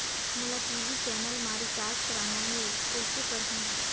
मोला TV channel मा recharge करना हे, कइसे करहुँ?